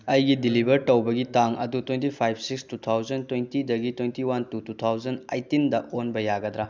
ꯑꯩꯒꯤ ꯗꯤꯂꯤꯕꯔ ꯇꯧꯕꯒꯤ ꯇꯥꯡ ꯑꯗꯨ twenty five six two thousand ꯇ꯭ꯋꯦꯟꯇꯤꯗꯒꯤ twenty one two two thousand ꯑꯦꯠꯇꯤꯟꯗ ꯑꯣꯟꯕ ꯌꯥꯒꯗ꯭ꯔꯥ